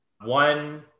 One